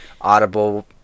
Audible